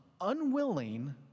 unwilling